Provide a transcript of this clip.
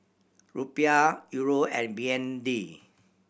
Rupiah Euro and B N D